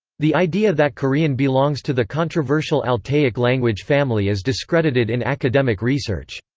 the idea that korean belongs to the controversial altaic language family is discredited in academic research.